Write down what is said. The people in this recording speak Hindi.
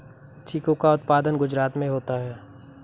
चीकू का उत्पादन गुजरात में होता है